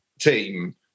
team